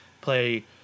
play